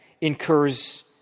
incurs